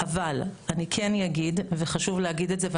אבל אני כן אגיד, וחשוב להגיד את זה.